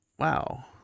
Wow